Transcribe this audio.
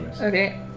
Okay